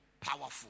powerful